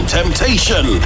temptation